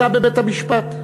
עלתה בבית-המשפט,